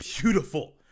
Beautiful